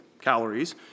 calories